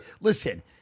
listen